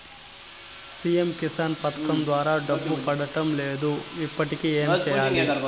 CM Kisan పథకం ద్వారా డబ్బు పడడం లేదు ఇప్పుడు ఏమి సేయాలి